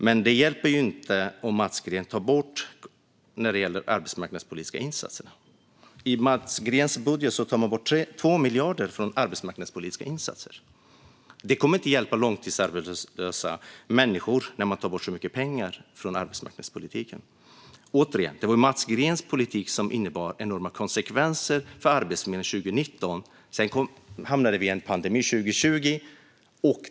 Men det hjälper inte om Mats Green tar bort resurser för arbetsmarknadspolitiska insatser. I Mats Greens budget tas 2 miljarder bort från de arbetsmarknadspolitiska insatserna. Det kommer inte att hjälpa långtidsarbetslösa människor när man tar bort så mycket pengar från arbetsmarknadspolitiken. Återigen: Det var Mats Greens politik som innebar enorma konsekvenser för Arbetsförmedlingen 2019. Sedan hamnade vi i en pandemi 2020.